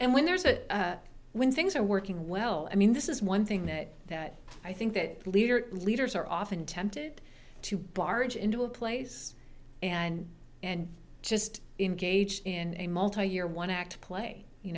and when there's a when things are working well i mean this is one thing that i think that leader leaders are often tempted to barge into a place and and just engaged in a multi year one act play you